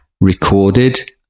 recorded